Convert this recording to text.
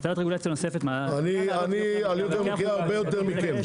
והטלת רגולציה נוספת מעלה את --- אני גם מכיר הרבה יותר מכם.